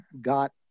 got